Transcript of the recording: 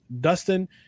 dustin